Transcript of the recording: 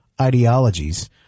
ideologies